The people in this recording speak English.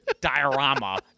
diorama